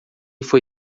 foi